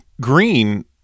green